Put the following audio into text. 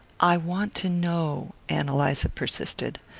i want to know, ann eliza persisted.